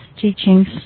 teachings